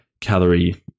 calorie